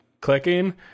clicking